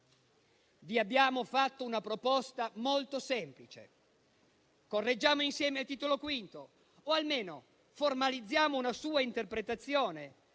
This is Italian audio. Vi abbiamo fatto una proposta molto semplice: correggiamo insieme il Titolo V o almeno formalizziamo una sua interpretazione